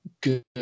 good